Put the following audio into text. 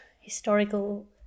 historical